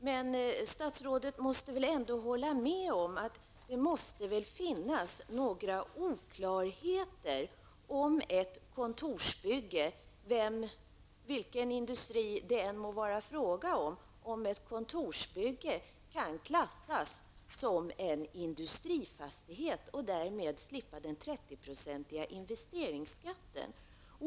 Men statsrådet måste väl ändå hålla med om att det måste finnas några oklarheter, om ett kontorsbygge, vilken industri det än må handla om, kan klassas som en industrifastighet och därmed slippa den 30-procentiga investeringsskatten.